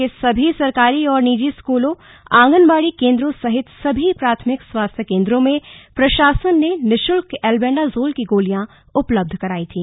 राज्य के सभी सरकारी और निजी स्कूलों आंगनबाडी केन्द्रों सहित सभी प्राथमिक स्वास्थ्य कोन्द्रों में प्रशासन ने निःशुल्क एलबेंडाजोल की गोलियां उपलब्ध करायी थीं